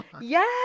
yes